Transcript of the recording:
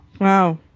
Wow